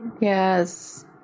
Yes